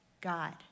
God